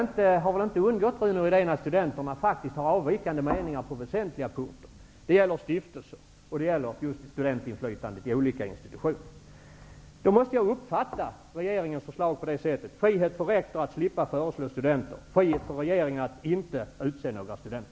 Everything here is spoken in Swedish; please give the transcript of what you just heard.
Det har inte undgått Rune Rydén att studenterna har avvikande meningar på väsentliga punkter. Det gäller stiftelser och just studentinflytandet i olika institutioner. Jag måste då uppfatta regeringens förslag på det sättet: frihet för rektor att slippa föreslå studenter, och frihet för regeringen att inte utse några studenter.